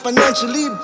Financially